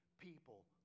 people